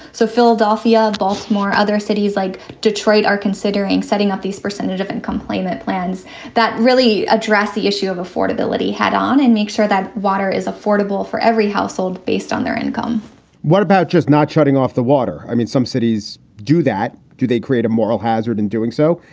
so philadelphia, baltimore. other cities like detroit are considering setting up these percentage of income placement plans that really address the issue of affordability head on and make sure that water is affordable for every household based on their income what about just not shutting off the water? i mean, some cities do that. do they create a moral hazard in doing so?